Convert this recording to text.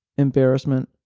embarrassment,